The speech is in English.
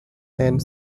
and